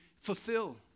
fulfill